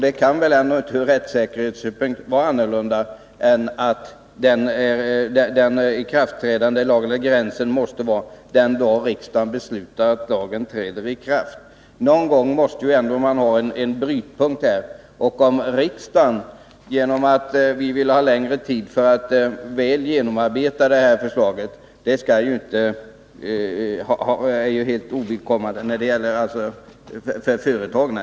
Det kan väl inte från rättssäkerhetssynpunkt vara på annat sätt än att ikraftträdandet skall ske den dag som riksdagen har beslutat för ikraftträdandet. Någon gång måste man ändå ha en brytpunkt. Om riksdagen vill ha längre tid för att väl genomarbeta detta förslag, är det helt ovidkommande för företagen.